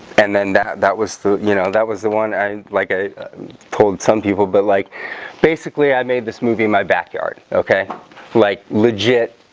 and then that that was the you know that was the one i like i pulled some people, but like basically, i made this movie my back. yeah okay like legit